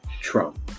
Trump